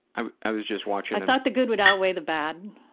i i was just watching. i thought the good would outweigh the bad.